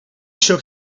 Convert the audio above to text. shook